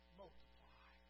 multiply